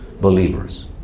believers